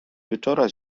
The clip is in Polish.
wieczora